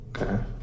Okay